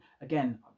again